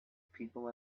people